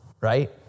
right